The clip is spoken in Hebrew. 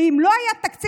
ואם לא היה תקציב,